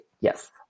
yes